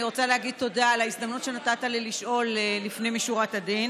אני רוצה להגיד תודה על ההזדמנות שנתת לי לשאול לפנים משורת הדין.